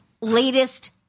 latest